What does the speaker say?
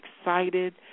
excited